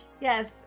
Yes